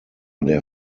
der